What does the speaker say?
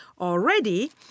Already